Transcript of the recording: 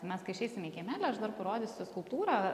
mes kai išeisim į kiemelį aš dar parodysiu skulptūrą